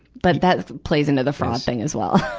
but that plays into the fraud thing as well.